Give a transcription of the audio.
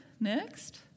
Next